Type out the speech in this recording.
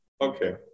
Okay